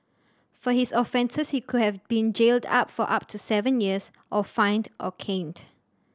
for his offences he could have been jailed up for up to seven years or fined or caned